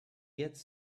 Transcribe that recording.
gets